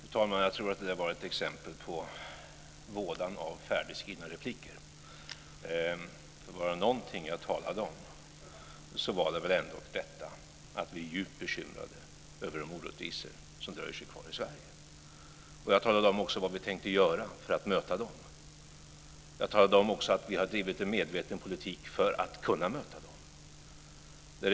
Fru talman! Jag tror att det där var ett exempel på vådan av färdigskrivna repliker. Var det någonting jag talade om var det väl ändå att vi är djupt bekymrade över de orättvisor som dröjer sig kvar i Sverige. Jag talade också om vad vi tänker göra för att möta dem. Jag talade om att vi har drivit en medveten politik för att kunna möta dem.